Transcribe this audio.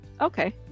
Okay